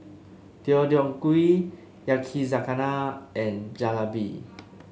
Deodeok Gui Yakizakana and Jalebi